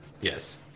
Yes